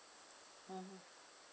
mmhmm